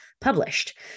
published